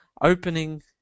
opening